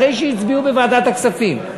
אחרי שהצביעו בוועדת הכספים,